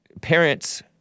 parents